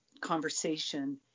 conversation